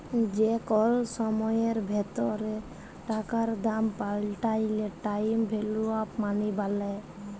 যে কল সময়ের ভিতরে টাকার দাম পাল্টাইলে টাইম ভ্যালু অফ মনি ব্যলে